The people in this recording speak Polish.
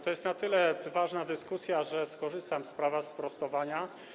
To jest na tyle ważna dyskusja, że skorzystam z prawa do sprostowania.